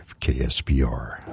KSPR